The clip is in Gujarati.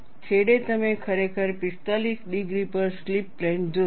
છેડે તમે ખરેખર 45 ડિગ્રી પર સ્લિપ પ્લેન જોશો